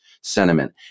sentiment